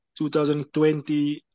2020